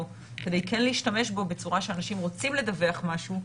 כדי כן להשתמש בו בצורה שאנשים רוצים לדווח משהו,